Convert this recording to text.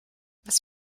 was